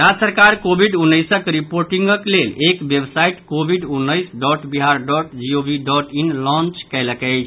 राज्य सरकार कोविड उन्नैसक रिपोर्टिंगक लेल एक वेबसाइट कोविड उन्नैस dot Bihar dot gov dot in launch कयलक अछि